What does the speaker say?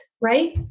right